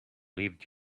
lived